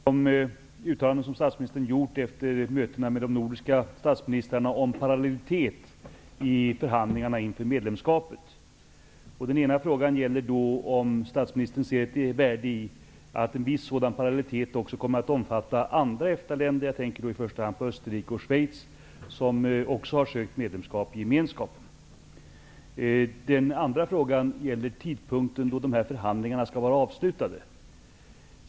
Herr talman! Jag skulle vilja ställa en fråga till statsministern. Det gäller de uttalanden som statsministern gjort efter möten med de nordiska statsministrarna om parallellitet i förhandlingarna inför EG-medlemskapet. Den ena frågan är om statsministern ser ett värde i att en viss parallellitet också kommer att omfatta andra EFTA-länder, i första hand Österrike och Schweiz som också har ansökt om medlemskap i Gemenskapen. Den andra frågan gäller tidpunkten då dessa förhandlingar skall vara avslutade.